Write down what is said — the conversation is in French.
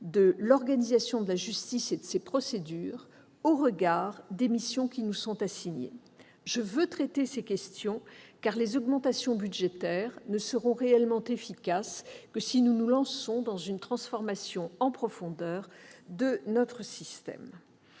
de l'organisation de la justice et de ses procédures avec les missions qui nous sont assignées. Je veux traiter ces questions, car les augmentations budgétaires ne seront efficaces que si nous nous lançons dans une transformation en profondeur de notre système.